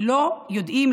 לא יודעים,